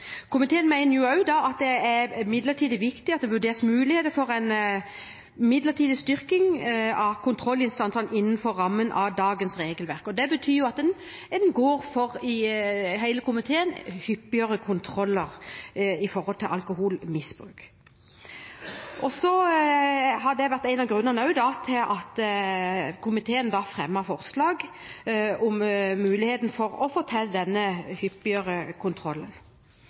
Komiteen mener imidlertid at det er viktig at det vurderes muligheter for en midlertidig styrket kontrollinnsats innenfor rammen av dagens regelverk, og hele komiteen går inn for hyppigere kontroller opp mot alkoholmisbruk. Det har vært en av grunnene til at komiteen fremmer forslag om å vurdere muligheten for å få til hyppigere